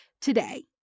today